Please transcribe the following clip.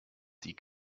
die